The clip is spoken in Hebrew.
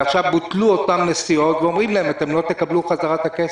ועכשיו בוטלו אותן נסיעות ואומרים להם: אתם לא תקבלו בחזרה את הכסף.